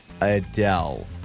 Adele